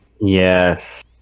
Yes